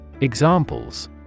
Examples